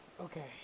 Okay